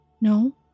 No